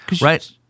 right